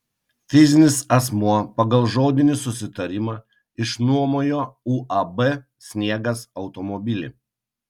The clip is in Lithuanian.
fizinis asmuo pagal žodinį susitarimą išnuomojo uab sniegas automobilį